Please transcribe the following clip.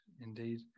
indeed